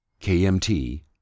KMT